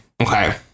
okay